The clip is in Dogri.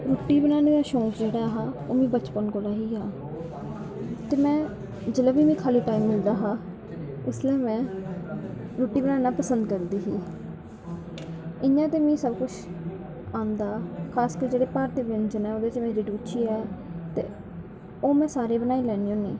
रुट्टी बनाने दा शौंक जेह्ड़ा ऐहा ओह् मिगी बचपन कोला गै हा ते में जिसलै बी में खाल्लीटैम मिलदा हा उसलै में रुट्टी बनाना पसंद करदी ही इयां ते मीं सबकुश आंदा खारकर जेह्ड़े भारती व्यंजन ऐं ओह्दे च मेरी रुची ऐ ते ओह् में सारे बनाई लैन्नी होनी